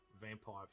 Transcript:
vampire